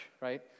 right